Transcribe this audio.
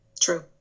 true